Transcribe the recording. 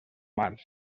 març